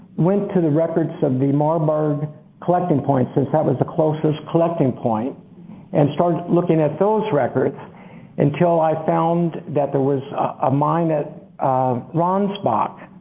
went to the records of the marburg collecting point since that was the closest collecting point and started looking at those records until i found that there was a mine ransbach.